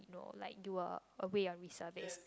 no like do a a way of reservice